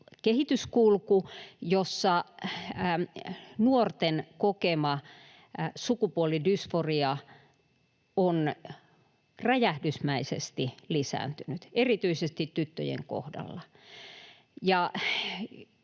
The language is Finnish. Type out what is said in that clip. kehityskulku, jossa nuorten kokema sukupuolidysforia on räjähdysmäisesti lisääntynyt erityisesti tyttöjen kohdalla.